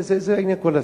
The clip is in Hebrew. זה עניין כל הסרט.